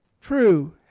true